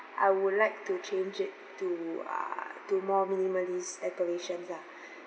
I would like to change it to err to more minimalist decorations lah